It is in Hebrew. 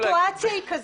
הסיטואציה היא כזו,